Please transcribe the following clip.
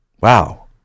Wow